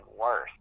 worse